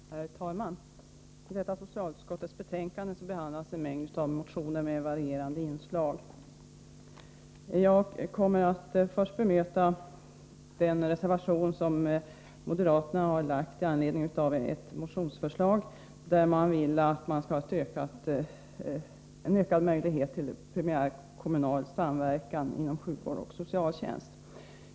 samhetsområden. Herr talman! I detta socialutskottets betänkande behandlas en mängd — m.m. motioner med varierande innehåll. Jag kommer att först bemöta den reservation som moderaterna har lagt i anledning av ett motionsförslag om ökade möjligheter till primärkommunal samverkan inom sjukvård och socialtjänst.